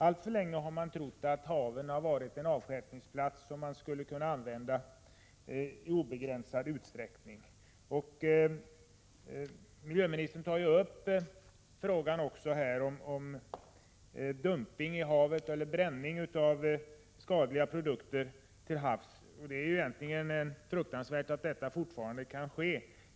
Alltför länge har man trott att haven varit en avstjälpningsplats som man skulle kunna använda i obegränsad utsträckning. Miljöministern tar också upp frågan om dumpning i havet och bränning av skadliga produkter till havs. Det är egentligen fruktansvärt att detta fortfarande kan ske.